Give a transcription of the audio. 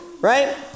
right